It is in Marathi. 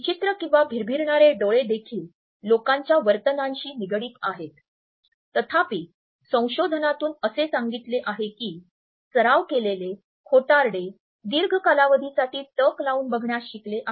विचित्र किंवा भिरभिरणारे डोळे देखील लोकांच्या वर्तनांशी निगडीत आहेत तथापि संशोधनातून असे सांगितले आहे की सराव केलेले खोटारडे दीर्घ कालावधीसाठी टक लावून बघण्यास शिकले आहेत